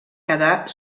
quedar